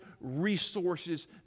resources